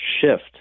shift